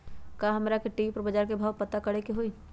का हमरा टी.वी पर बजार के भाव पता करे के होई?